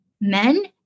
men